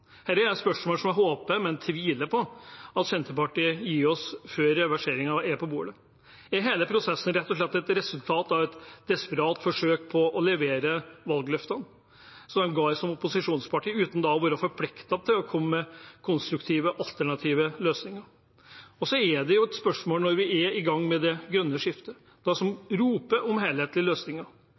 er spørsmål som jeg håper, men tviler på at Senterpartiet gir oss svar på før reverseringen er på bordet. Er hele prosessen rett og slett et resultat av et desperat forsøk på å levere valgløftene de ga som opposisjonsparti, uten da å være forpliktet til å komme med konstruktive og alternative løsninger? Og så er det jo et spørsmål, når vi er i gang med det grønne skiftet, og de som roper på helhetlige løsninger: